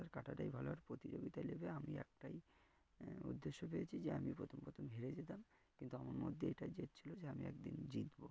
তার কাটাটাই ভালো আর প্রতিযোগিতা নেবে আমি একটাই উদ্দেশ্য পেয়েছি যে আমি প্রথম প্রথম হেরে যেতাম কিন্তু আমার মধ্যে এটা জেদ ছিলো যে আমি একদিন জিতবো